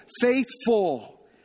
faithful